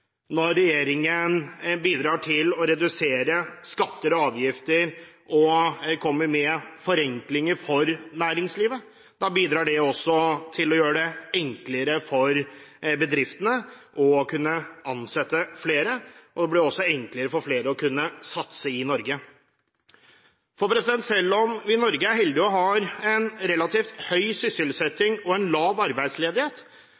Når regjeringen bidrar til å redusere skatter og avgifter og kommer med forenklinger for næringslivet, bidrar det også til å gjøre det enklere for bedriftene å kunne ansette flere, og det blir også enklere for flere å kunne satse i Norge. Selv om vi i Norge er heldige og har en relativt høy